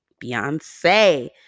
Beyonce